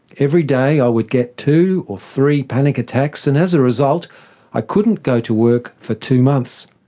every day i would get two or three panic attacks, and as a result i couldn't go to work for two months.